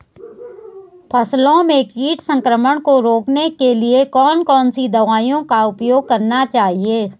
फसलों में कीट संक्रमण को रोकने के लिए कौन कौन सी दवाओं का उपयोग करना चाहिए?